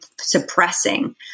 suppressing